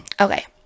okay